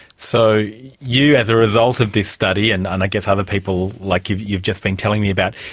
so you as a result of this study and and i guess other people like you've you've just been telling me about,